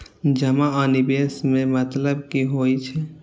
जमा आ निवेश में मतलब कि होई छै?